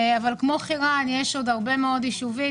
כמו חירן יש עוד הרבה מאוד יישובים,